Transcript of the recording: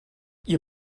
ihr